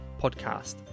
podcast